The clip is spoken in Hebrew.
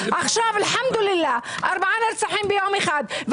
עכשיו ארבעה נרצחים ביום אחד,